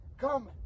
come